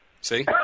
See